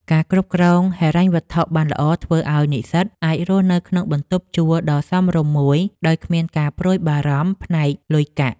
ការគ្រប់គ្រងហិរញ្ញវត្ថុបានល្អធ្វើឱ្យនិស្សិតអាចរស់នៅក្នុងបន្ទប់ជួលដ៏សមរម្យមួយដោយគ្មានការព្រួយបារម្ភផ្នែកលុយកាក់។